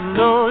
no